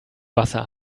wasser